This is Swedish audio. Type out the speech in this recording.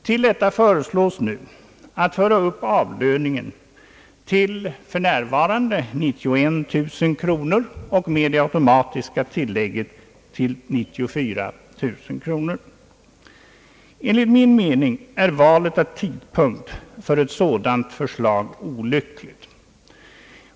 Till detta föreslås nu, att lönen skall höjas till för närvarande 91 000 kronor och med det automatiska tilllägget till 94 000 kronor per år. Enligt min mening är valet av tidpunkt för ett sådant förslag olyckligt.